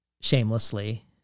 shamelessly